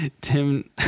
Tim